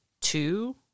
two